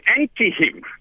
anti-him